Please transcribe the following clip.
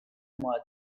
مودب